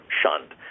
shunned